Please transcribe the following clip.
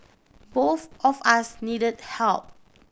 both of us need help